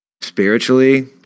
spiritually